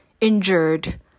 injured